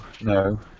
no